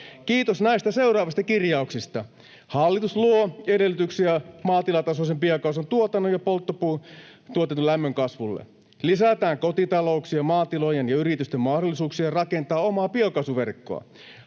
Kiitos näistä seuraavista kirjauksista: ”Hallitus luo edellytyksiä maatilatasoisen biokaasun tuotannon ja puupolttoaineilla tuotetun lämmön kasvulle.” ”Lisätään kotitalouksien, maatilojen ja yritysten mahdollisuuksia rakentaa omaa biokaasuverkkoa.”